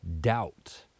doubt